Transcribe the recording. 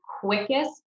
quickest